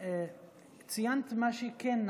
ציינת מה שכן נעשה,